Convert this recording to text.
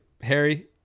Harry